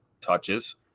touches